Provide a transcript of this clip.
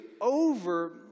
over